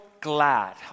glad